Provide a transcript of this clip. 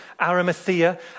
Arimathea